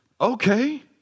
Okay